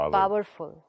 powerful